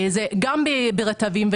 גם ברטבים,